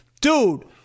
dude